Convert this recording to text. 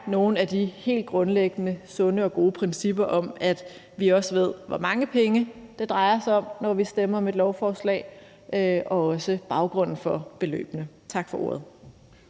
nogle af de helt grundlæggende sunde og gode principper om, at vi også ved, hvor mange penge det drejer sig om, når vi stemmer om et lovforslag, og også baggrunden for beløbene. Tak for ordet.